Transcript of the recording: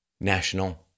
national